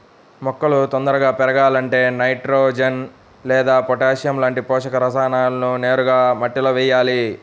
మొక్కలు తొందరగా పెరగాలంటే నైట్రోజెన్ లేదా పొటాషియం లాంటి పోషక రసాయనాలను నేరుగా మట్టిలో వెయ్యాలి